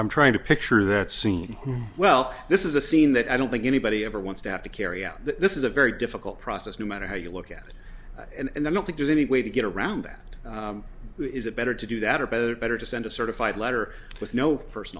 i'm trying to picture that scene well this is a scene that i don't think anybody ever wants to have to carry out this is a very difficult process no matter how you look at it and i don't think there's any way to get around that is it better to do that or better better to send a certified letter with no